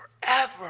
forever